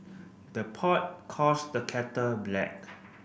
the pot calls the kettle black